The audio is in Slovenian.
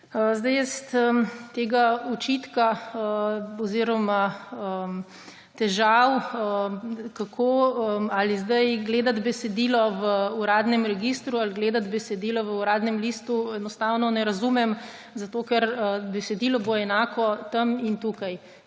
Hvala lepa. Tega očitka oziroma težav, ali zdaj gledati besedilo v uradnem registru ali gledati besedilo v Uradnem listu, enostavno ne razumem, zato ker bo besedilo enako tam in tukaj.